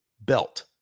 belt